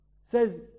says